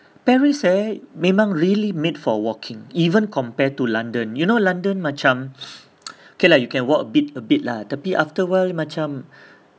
paris eh memang really made for walking even compare to london you know london macam K lah you can walk a bit a bit lah tapi after a while macam